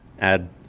add